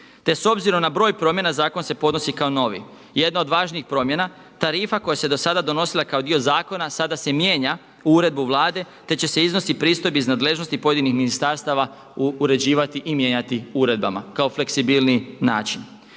te s obzirom na broj promjena zakon se podnosi kao novi. Jedno od važnijih promjena, tarifa koja se do sada donosila kao dio zakona sada se mijenja u uredbu Vlade, te će se iznosi pristojbi iz nadležnosti pojedinih ministarstava uređivati i mijenjati uredbama kao fleksibilniji način.